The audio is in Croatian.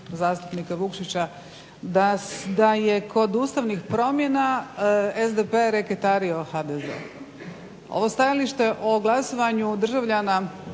zastupnika Vukšića da je kod ustavnih promjena SDP reketario HDZ-e. Ovo stajalište o glasovanju državljana